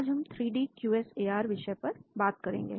आज हम three D Q S A R विषय पर बात करेंगे